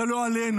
זה לא עלינו,